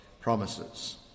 promises